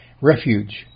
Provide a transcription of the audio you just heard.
Refuge